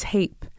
Tape